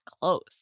close